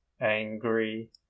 angry